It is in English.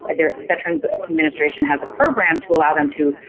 and the veterans' administration has a program to allow them to,